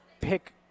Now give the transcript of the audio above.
pick